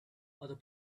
other